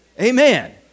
Amen